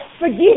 forgive